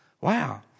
Wow